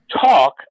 talk